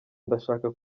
ndashaka